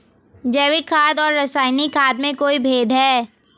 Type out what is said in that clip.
जैविक खाद और रासायनिक खाद में कोई भेद है?